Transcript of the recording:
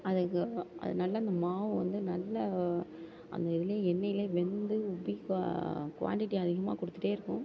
அதுக்கு அது நல்லா அந்த மாவு வந்து நல்லா அந்த இதில் எண்ணெயிலேயே வெந்து உப்பி குவா குவாண்டிட்டி அதிகமாக கொடுத்துட்டே இருக்கும்